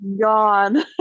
gone